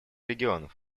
регионов